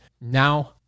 Now